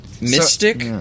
mystic